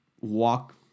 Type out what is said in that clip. walk